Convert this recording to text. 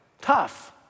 tough